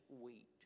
wheat